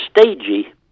stagey